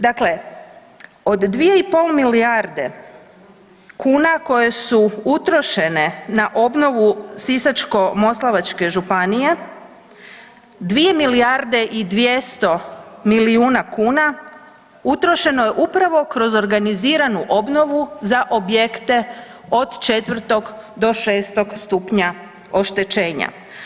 Dakle, od 2 i pol milijarde kuna koje su utrošene na obnovu Sisačko-moslavačke županije 2 milijarde i 200 milijuna kuna utrošeno je upravo kroz organiziranu obnovu za objekte od 4. do 6. stupnja oštećenja.